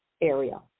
area